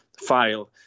file